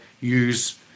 use